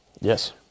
Yes